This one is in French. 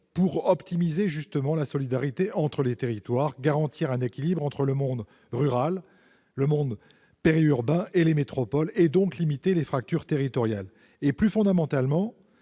pour optimiser la solidarité territoriale, garantir un équilibre entre le monde rural, le monde périurbain et les métropoles et ainsi limiter les fractures territoriales ? Plus fondamentalement,